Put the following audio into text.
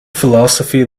philosophy